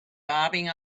bobbing